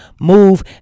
move